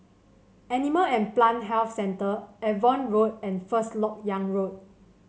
Animal and Plant Health Centre Avon Road and First LoK Yang Road